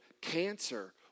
cancer